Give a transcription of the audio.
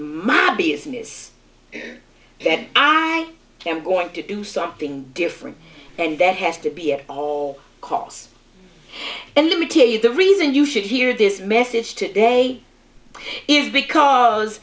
my business that i am going to do something different and there has to be at all costs and let me tell you the reason you should hear this message to day is because